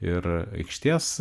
ir aikštės